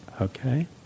Okay